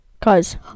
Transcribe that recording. Cause